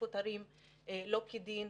מפוטרים לא כדין.